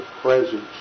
presence